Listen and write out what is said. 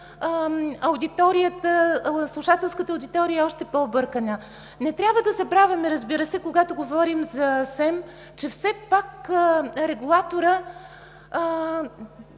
слушателската аудитория са още по-объркани. Не трябва да забравяме, разбира се, когато говорим за СЕМ, че все пак регулаторът